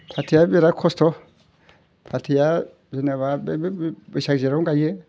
फाथैया बिराद खस्थ' फाथैया जेनेबा बे बैसाग जेथावनो गायो